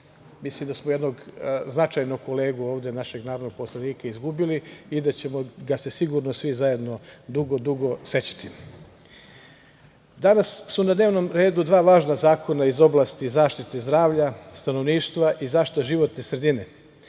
Mislim da smo jednog značajnog kolegu ovde, našeg narodnog poslanika izgubili i da ćemo ga se sigurno svih zajedno dugo, dugo sećati. Danas su na dnevnom redu dva važna zakona iz oblasti zaštite zdravlja, stanovništva i zaštite životne sredine,